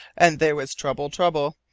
and there was trouble-trouble.